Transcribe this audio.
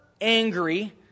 angry